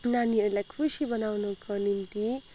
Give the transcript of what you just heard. नानीहरूलाई खुसी बनाउनुको निम्ति